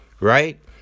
right